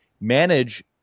manage